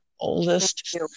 oldest